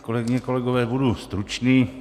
Kolegyně, kolegové, budu stručný.